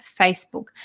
facebook